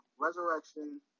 resurrection